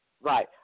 Right